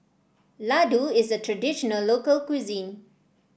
Laddu is a traditional local cuisine